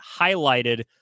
highlighted